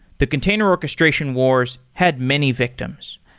the container orchestration wars had many victims.